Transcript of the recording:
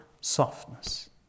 softness